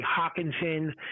Hawkinson